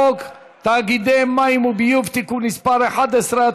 חוק תאגידי מים וביוב (תיקון מס' 11),